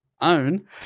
Own